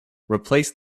replace